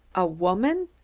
a woman!